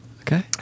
okay